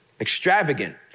extravagant